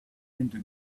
into